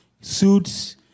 suits